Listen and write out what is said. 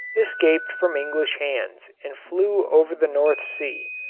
escaped from english hands and flew over the north sea.